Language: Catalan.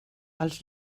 els